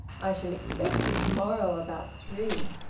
i shall expect you to-morrow about three.